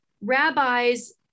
rabbis